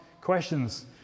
questions